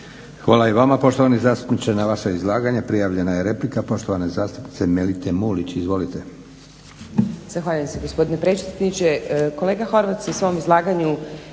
Hvala i vama poštovani zastupniče. Na vaša izlaganja prijavljena je replika poštovane zastupnice Melite Mulić. Izvolite. **Mulić, Melita (SDP)** Zahvaljujem se gospodine predsjedniče. Kolega Horvat se u svom izlaganju